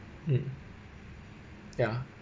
mm ya